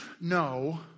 no